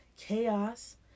chaos